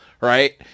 Right